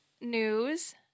news